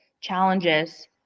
challenges